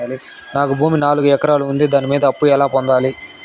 నాకు భూమి నాలుగు ఎకరాలు ఉంది దాని మీద అప్పు ఎలా పొందాలి?